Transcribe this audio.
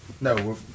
No